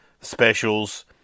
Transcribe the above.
Specials